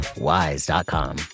WISE.com